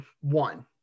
one